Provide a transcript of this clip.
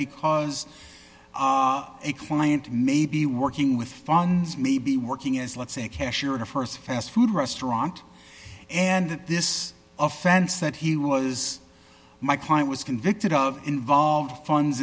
because a client may be working with funds may be working as let's say a cashier at a st fast food restaurant and that this offense that he was my client was convicted of involved funds